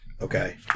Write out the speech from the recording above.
Okay